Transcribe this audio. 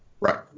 Right